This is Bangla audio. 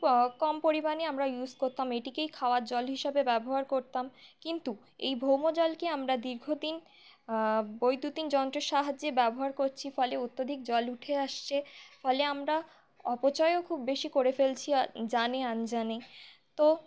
খুব কম পরিমাণে আমরা ইউস করতাম এটিকেই খাওয়ার জল হিসাবে ব্যবহার করতাম কিন্তু এই ভৌমজলকে আমরা দীর্ঘদিন বৈদ্যুতিন যন্ত্রের সাহায্যে ব্যবহার করছি ফলে অত্যধিক জল উঠে আসছে ফলে আমরা অপচয়ও খুব বেশি করে ফেলছি জানে না জেনে তো